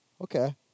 Okay